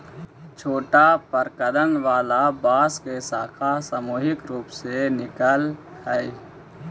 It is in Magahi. छोटा प्रकन्द वाला बांस के शाखा सामूहिक रूप से निकलऽ हई